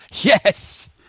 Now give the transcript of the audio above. Yes